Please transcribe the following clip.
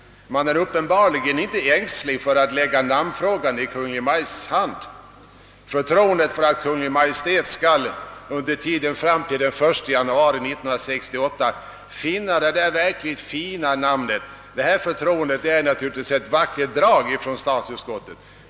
Man är uppenbarligen inte ängslig för att lägga namnfrågan i Kungl. Maj:ts hand. Förtroendet för att Kungl. Maj:t under tiden fram till den 1 januari 1968 skall finna det där verkligt fina namnet är naturligtvis ett vackert drag hos statsutskottet.